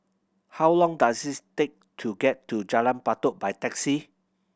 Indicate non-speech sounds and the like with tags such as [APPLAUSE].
how long does [UNINTELLIGIBLE] it take to get to Jalan Batu by taxi